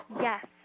Yes